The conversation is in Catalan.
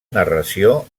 narració